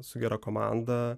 su gera komanda